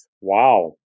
Wow